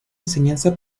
enseñanza